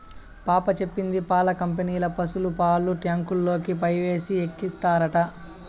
పాప చెప్పింది పాల కంపెనీల పశుల పాలు ట్యాంకుల్లోకి పైపేసి ఎక్కిత్తారట